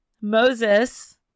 Moses